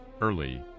early